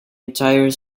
entire